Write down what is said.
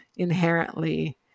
Inherently